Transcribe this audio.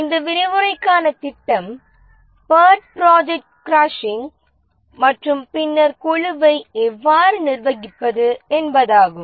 இந்த விரிவுரைக்கான திட்டம் பேர்ட் ப்ராஜெக்ட் கிரஷிங் மற்றும் பின்னர் குழுவை எவ்வாறு நிர்வகிப்பது என்பதாகும்